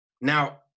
Now